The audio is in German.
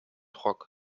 rock